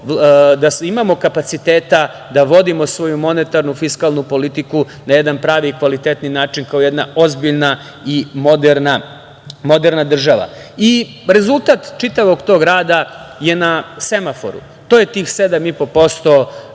da imamo kapaciteta da vodimo svoju monetarnu fiskalnu politiku na jedan pravi i kvalitetni način, kao jedna ozbiljna i moderna država. Rezultat čitavog tog rada je na semaforu. To je tih 7,5%